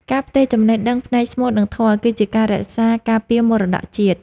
ការផ្ទេរចំណេះដឹងផ្នែកស្មូត និងធម៌ គឺជាការរក្សាការពារមរតកជាតិ។